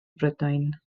brydain